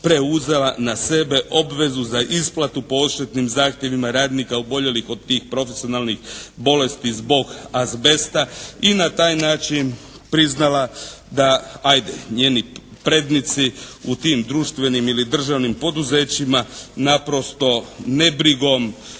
preuzela na sebe obvezu za isplatu po odštetnim zahtjevima radnika oboljelih od tih profesionalnih bolesti zbog azbesta i na taj način priznala da ajde njeni prednici u tim društvenim ili državnim poduzećima naprosto nebrigom